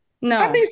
No